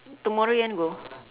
tomorrow you want to go